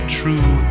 true